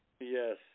Yes